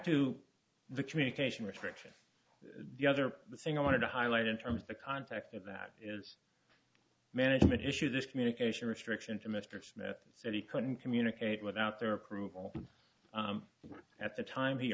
to the communication restriction the other the thing i wanted to highlight in terms of the context of that is management issue this communication restriction to mr smith said he couldn't communicate without their approval at the time he